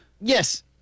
Yes